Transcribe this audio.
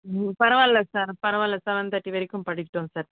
பரவாயில்ல சார் பரவாயில்ல seven thirty வரைக்கும் படிக்கட்டுங்க சார்